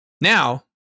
Now